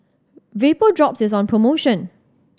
Vapodrops is on promotion